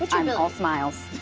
but i'm and all smiles,